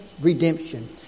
redemption